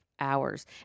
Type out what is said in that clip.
hours